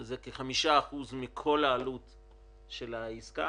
זה כ-5% מכל העלות של העסקה,